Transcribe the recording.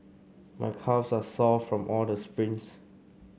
my calves are sore from all the sprints